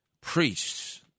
priests